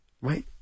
Right